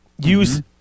use